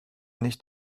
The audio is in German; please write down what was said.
nicht